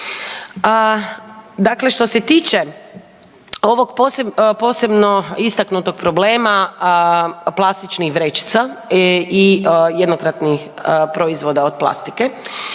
Dakle što se tiče ovog posebno istaknutog problema plastičnih vrećica i jednokratnih proizvoda od plastike,